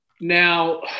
Now